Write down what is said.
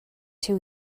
two